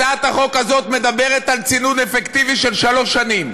הצעת החוק הזאת מדברת על צינון אפקטיבי של שלוש שנים.